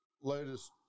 latest